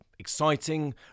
Exciting